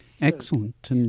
Excellent